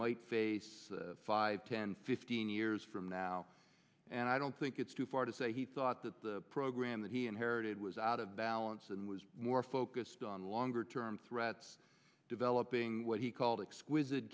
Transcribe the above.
might face five ten fifteen years from now and i don't think it's too far to say he thought that the program that he inherited was out of balance and was more focused on longer term threats developing what he called exquisite